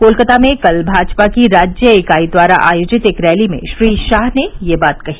कोलकाता में कल भाजपा की राज्य इकाई द्वारा आयोजित एक रैली में श्री शाह ने यह बात कही